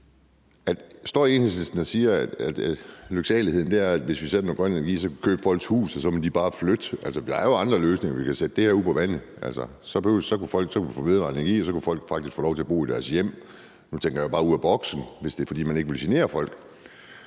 står Enhedslisten og siger, at lyksaligheden er, at hvis vi sælger noget grøn energi, så kan vi købe folks huse, og så må de bare flytte? Der er jo andre løsninger. Vi kan sætte det her ud på vandet, hvis vi ikke vil genere folk. Så kunne vi få vedvarende energi, og så kunne folk faktisk få lov til at bo i deres hjem. Nu tænker jeg bare ud af boksen. Men jeg vil gerne tilbage til